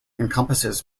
encompasses